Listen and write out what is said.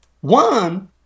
one